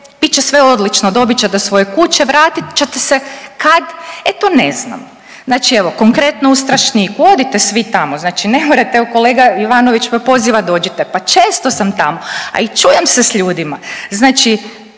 će sve odlično, dobit ćete svoje kuće, vratit ćete se kad, e to ne znam. Znači evo konkretno u Strašniku, odite svi tamo, znači ne morate, evo kolega Ivanović me poziva dođite, pa često sam tamo, a i čujem se s ljudima, znači